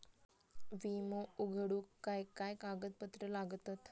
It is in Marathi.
विमो उघडूक काय काय कागदपत्र लागतत?